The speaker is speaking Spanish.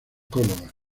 córdoba